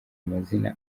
amazina